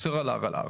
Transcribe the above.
הוא אוסר על ההרעלה.